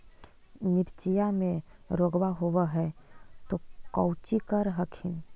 मिर्चया मे रोग्बा होब है तो कौची कर हखिन?